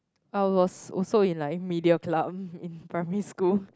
I was also in like media club in primary school